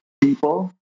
people